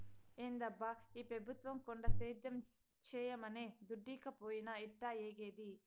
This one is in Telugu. ఏందబ్బా ఈ పెబుత్వం కొండ సేద్యం చేయమనె దుడ్డీకపాయె ఎట్టాఏగేది